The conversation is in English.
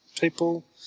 people